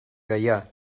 gaià